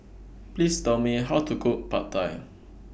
Please Tell Me How to Cook Pad Thai